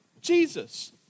Jesus